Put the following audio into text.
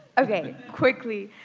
okay, quickly